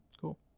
Cool